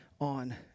on